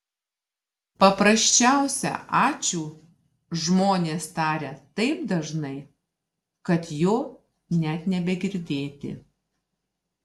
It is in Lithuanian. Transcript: paprasčiausią ačiū žmonės taria taip dažnai kad jo net nebegirdėti